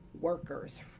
workers